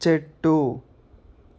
చెట్టు